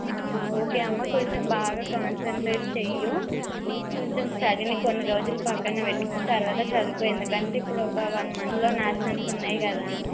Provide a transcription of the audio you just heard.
okay అమ్మ కొంచెం బాగా కాన్సన్ట్రేట్ చెయ్యి కొంచెం స్టడీని కొన్ని రోజులు పక్కన పెట్టుకో తర్వాత చదువుకో ఎందుకంటే ఇప్పుడు ఒక వన్ మంత్లో న్యాషనల్స్ ఉన్నాయి కదా